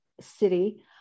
City